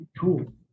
cool